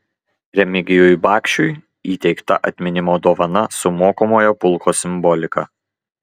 remigijui bakšiui įteikta atminimo dovana su mokomojo pulko simbolika